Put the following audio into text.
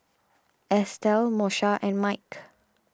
Estell Moesha and Mike